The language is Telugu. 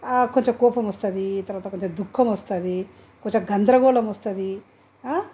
కొంచెం కోపం వస్తుంది తరువాత కొంచెం దుఃఖం వస్తుంది కొంచెం గందరగోళం వస్తుంది